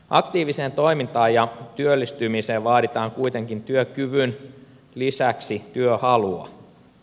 aktiiviseen toimintaan ja työllistymiseen vaaditaan kuitenkin työkyvyn lisäksi työhalua